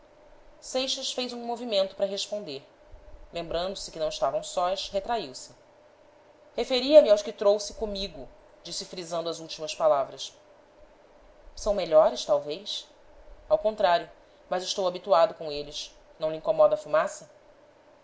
seixas fez um movimento para responder lembrando-se que não estavam sós retraiu se referia-me aos que trouxe comigo disse frisando as últimas palavras são melhores talvez ao contrário mas estou habituado com eles não lhe incomoda a fumaça